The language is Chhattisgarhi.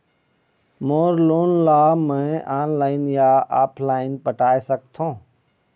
मोर लोन ला मैं ऑनलाइन या ऑफलाइन पटाए सकथों?